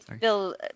Bill